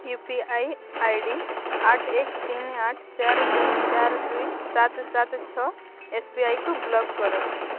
you P I ID ଆଠ ଏକ ତିନି ଆଠ ଚାରି ଦୁଇ ଚାରି ଦୁଇ ସାତ ସାତ ଛଅ ଏସ୍ବିଆଇକୁ ବ୍ଲକ୍ କର